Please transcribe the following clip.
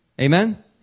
Amen